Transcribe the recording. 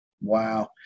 Wow